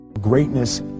Greatness